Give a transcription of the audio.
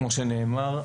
כמו שנאמר,